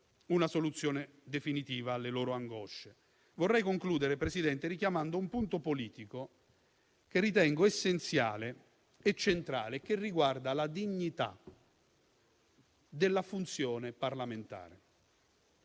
una soluzione definitiva alle loro angosce. Vorrei concludere, signora Presidente, richiamando un punto politico che ritengo essenziale e centrale, che riguarda la dignità della funzione parlamentare.